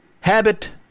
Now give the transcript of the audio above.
habit